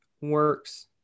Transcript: works